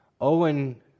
Owen